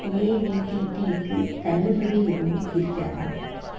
AVT டீக்கு தள்ளுபடி எதுவும் இருக்கிறதா